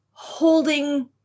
holding